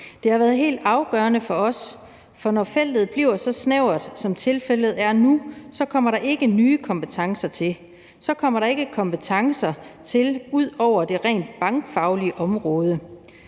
Det har været helt afgørende for os, for når feltet bliver så snævert, som tilfældet er nu, kommer der ikke nye kompetencer til; så kommer der ikke kompetencer til ud over nogle på det rent bankfaglige område.